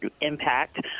impact